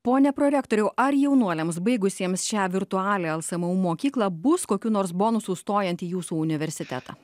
pone prorektoriau ar jaunuoliams baigusiems šią virtualią lsmu mokyklą bus kokių nors bonusų stojant į jūsų universitetą